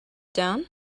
down